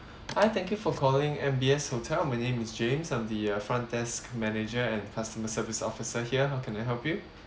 hi thank you for calling M_B_S hotel my name is james I'm the uh front desk manager and customer service officer here how can I help you